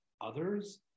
others